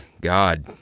God